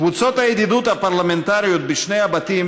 קבוצות הידידות הפרלמנטריות בשני הבתים